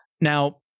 Now